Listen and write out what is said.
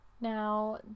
Now